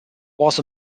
was